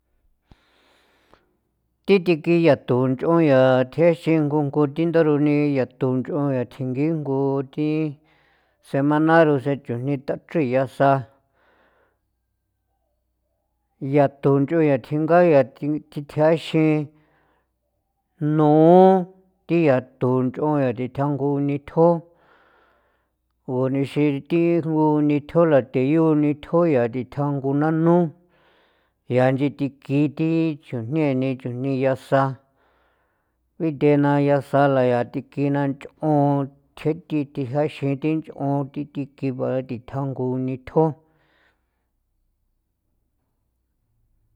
Thi thikin yathu nch'on yaa thjexin jngo kon thi ndaroni yathu nch'on yaa thjigingo thi semana rosechro nitachrii yaasa yathu nch'on thjengaya na thi dithjaxin nuo thi yathu nch'on yaa thi thjango nithjo kunixin thi ngunithjo la theyu nithjo, yaa dithja jngu nanu, yaa inchi thiki thi chujneni chujni yasa binthena yasa la thikina nch'on chje'e thi thijaixin thi nch'on thi thiki ba thi thjango nithjo.